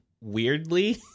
weirdly